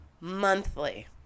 monthly